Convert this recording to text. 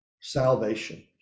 Salvation